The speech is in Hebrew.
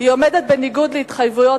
היא עומדת בניגוד להתחייבויות